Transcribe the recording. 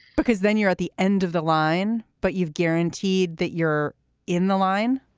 because then you're at the end of the line, but you've guaranteed that you're in the line.